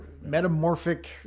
metamorphic